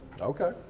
Okay